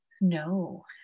No